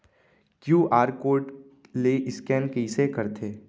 QR code ले scan कइसे करथे?